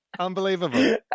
unbelievable